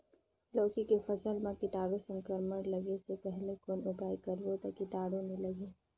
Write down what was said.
लौकी के फसल मां कीटाणु संक्रमण लगे से पहले कौन उपाय करबो ता कीटाणु नी लगही?